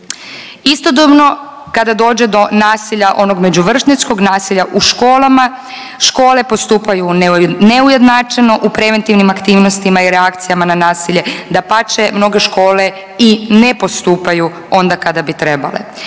Istodobno kada dođe do nasilja, onog međuvršnjačkog nasilja u školama, škole postupaju neujednačeno u preventivnim aktivnostima i reakcijama na nasilje. Dapače, mnoge škole i ne postupaju onda kada bi trebale.